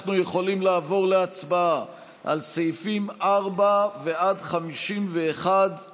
אנחנו יכולים לעבור להצבעה על סעיפים 4 51 לחוק,